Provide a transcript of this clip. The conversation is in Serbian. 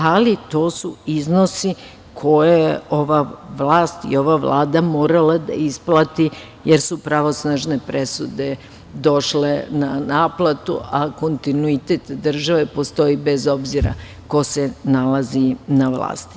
Ali, to su iznosi koje je ova vlast i ova Vlada morala da isplati, jer su pravosnažne presude došle na naplatu, a kontinuitet države postoji bez obzira ko se nalazi na vlasti.